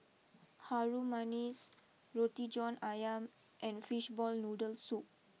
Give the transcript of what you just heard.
Harum Manis Roti John Ayam and Fish Ball Noodle Soup